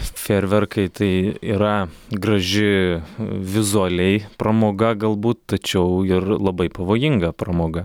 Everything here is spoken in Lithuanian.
fejerverkai tai yra graži vizualiai pramoga galbūt tačiau ir labai pavojinga pramoga